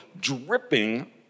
dripping